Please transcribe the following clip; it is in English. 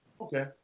Okay